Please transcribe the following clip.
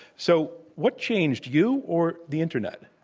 so what changed, you or the internet?